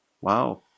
Wow